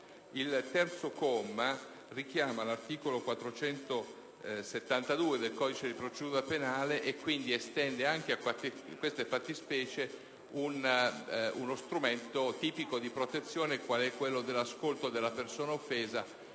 Il comma 3 richiama l'articolo 472 del codice di procedura penale e quindi estende anche a queste fattispecie uno strumento tipico di protezione quale è quello dell'ascolto della persona offesa